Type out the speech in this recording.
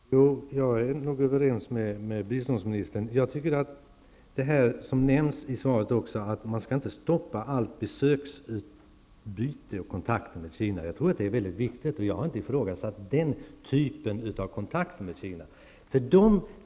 Fru talman! Jag är nog överens med biståndsministern. Jag tror att det som nämns i svaret om att man inte skall stoppa allt besöksutbyte och alla kontakter med Kina är väldigt viktigt. Jag har inte heller ifrågasatt den typen av kontakter med Kina.